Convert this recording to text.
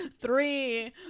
Three